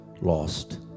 lost